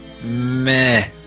meh